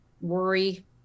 worry